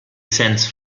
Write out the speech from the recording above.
sends